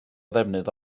ddefnydd